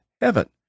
heaven